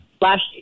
last